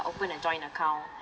open a joint account